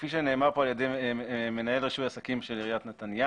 כפי שנאמר כאן על ידי מנהל רישוי עסקים של עיריית נתניה,